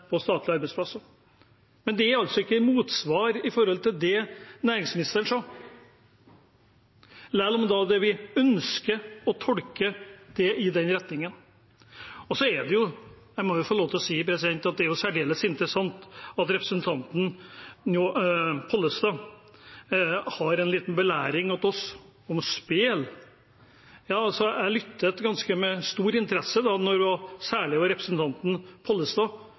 statlige arbeidsplasser. Men det er altså ikke en motsats til det næringsministeren sa, selv om man ønsker å tolke det i den retningen. Jeg må få lov til å si at det er særdeles interessant at representanten Pollestad har en liten belæring for oss om spill. Ja, jeg lyttet med ganske stor interesse til særlig representanten Pollestad,